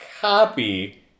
copy